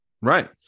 right